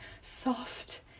soft